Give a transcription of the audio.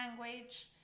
language